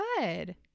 good